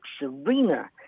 Serena